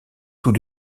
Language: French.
tout